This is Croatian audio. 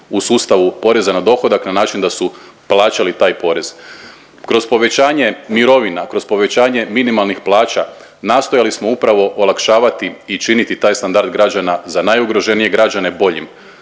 u sustavu poreza na dohodak na način da su plaćali taj porez. Kroz povećanje mirovina, kroz povećanje minimalnih plaća nastojali smo upravo olakšavati i činiti taj standard građana za najugroženije građane boljim.